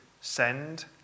send